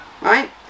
right